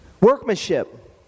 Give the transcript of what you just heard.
Workmanship